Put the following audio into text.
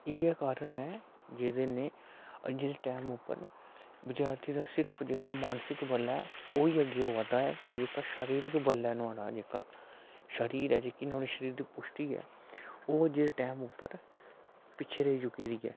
इयै कारण ऐ जेह्दे कन्नै अज्जै दे टैम उप्पर विद्यार्थी दा सिर्फ जेह्का मानसिक बल ऐ ओह् अग्गें आवा दा ते जेह्का शारीरिक बल ऐ नुहाड़ा शरीर ऐ जेह्ड़ी नुहाड़ी जेह्की शरीर दी पुश्टि ऐ ओह् एह् जेह्ड़े टैम पर पिच्छें रेही चुक्की दी ऐ